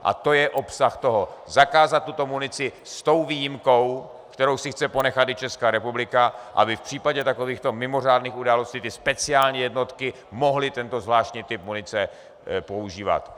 A to je obsah toho zakázat tuto munici s výjimku, kterou si chce ponechat i Česká republika, aby v případě takovýchto mimořádných událostí speciální jednotky mohly tento zvláštní typ munice používat.